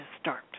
start